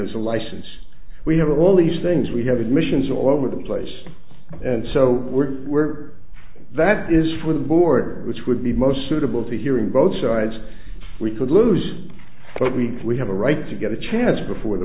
as a license we have all these things we have admissions all over the place and so we're where that is for the board which would be most suitable to hearing both sides we could lose but we can we have a right to get a chance before the